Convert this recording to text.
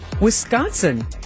Wisconsin